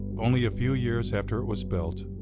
only a few years after it was built,